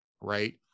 right